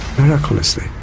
miraculously